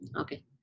Okay